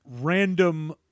random